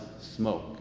smoke